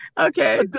okay